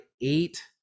eight